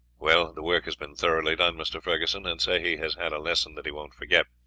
well, the work has been thoroughly done, mr. ferguson, and sehi has had a lesson that he won't forget.